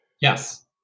Yes